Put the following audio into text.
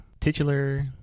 titular